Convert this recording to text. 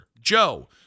Joe